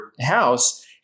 house